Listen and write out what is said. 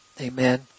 Amen